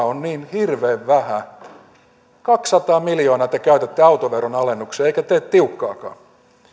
on niin hirveän vähän niin kaksisataa miljoonaa te käytätte autoveron alennukseen eikä tee tiukkaakaan